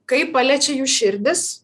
kai paliečia jų širdis